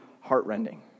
heartrending